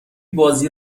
بازی